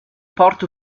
port